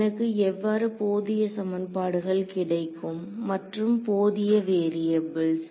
எனக்கு எவ்வாறு போதிய சமன்பாடுகள் கிடைக்கும் மற்றும் போதிய வேரியபுள்ஸ்